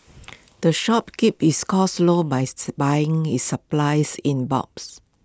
the shop keeps its costs low by buying its supplies in bulks